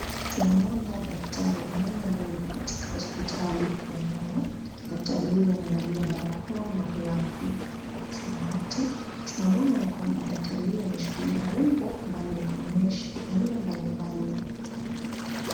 Tunamwona daktari wa meno ambaye yuko katika hospitali ya meno. Daktari huyu amevalia barakoa na glavu za rangi ya samawati. Tunamwona kwamba daktari huyu ameshikilia umbo ambalo linaonyesha aina mbalimbali za meno.